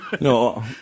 No